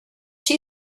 she